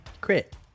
crit